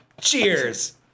Cheers